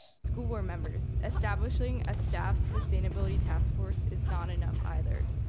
school board members, establishing a staff sustainability task force is not enough, either.